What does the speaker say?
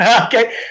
Okay